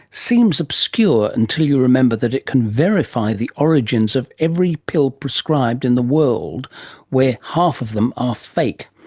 seems obscure until you remember that it can verify the origins of every pill prescribed in the world where half of them are fake.